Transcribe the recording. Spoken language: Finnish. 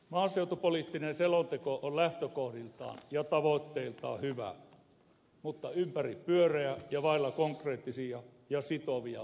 maaseutupoliittinen selonteko on lähtökohdiltaan ja tavoitteiltaan hyvä mutta ympäripyöreä ja vailla konkreettisia ja sitovia toimenpide esityksiä